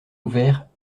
ouverts